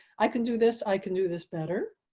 i can do this. i can do this better.